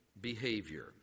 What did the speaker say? behavior